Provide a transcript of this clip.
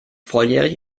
volljährig